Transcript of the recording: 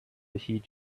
heed